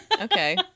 Okay